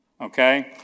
Okay